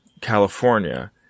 California